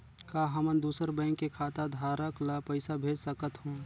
का हमन दूसर बैंक के खाताधरक ल पइसा भेज सकथ हों?